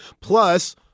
Plus